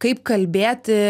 kaip kalbėti